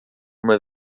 uma